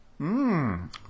Mmm